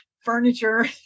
furniture